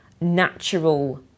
natural